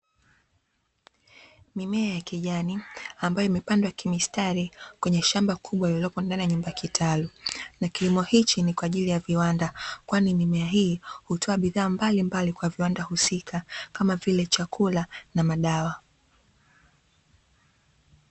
Mimea ya kijani ambayo imepandwa kimistari kwenye shamba kubwa lililopo ndani ya nyumba kitalu. Na kilimo hichi ni kwa ajili ya viwanda, kwani mimea hii hutoa bidhaa mbalimbali kwa viwanda husika kama vile chakula na madawa.